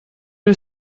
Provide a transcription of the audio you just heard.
you